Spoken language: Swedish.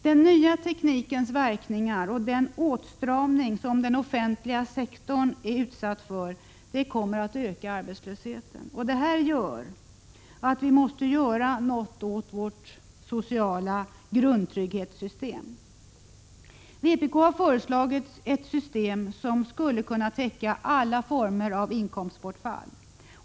Den nya teknikens verkningar och den åtstramning som den offentliga sektorn är utsatt för kommer att öka arbetslösheten. Detta medför att vi måste göra något åt vårt sociala grundtrygghetssystem. Vpk har föreslagit ett system som skulle kunna täcka alla former av inkomstbortfall.